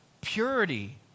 purity